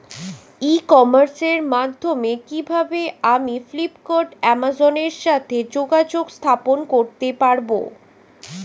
ই কমার্সের মাধ্যমে কিভাবে আমি ফ্লিপকার্ট অ্যামাজন এর সাথে যোগাযোগ স্থাপন করতে পারব?